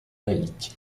laïc